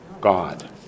God